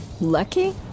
lucky